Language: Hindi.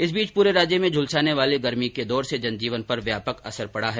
इस बीच पूरे राज्य में झुलसाने वाली गर्मी के दौर से जनजीवन पर व्यापक असर पड़ा है